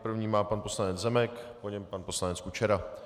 První má pan poslanec Zemek, po něm pan poslanec Kučera.